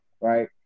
right